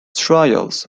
trials